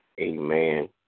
Amen